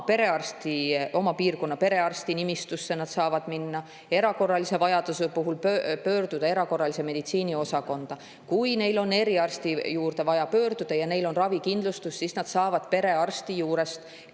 Oma piirkonna perearsti nimistusse nad saavad minna, erakorralise vajaduse puhul pöörduda erakorralise meditsiini osakonda. Kui neil on eriarsti juurde vaja minna ja neil on ravikindlustus, siis nad saavad perearsti juurest